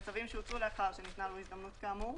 וצווים שהוצאו לאחר שניתנה לו הזדמנות כאמור,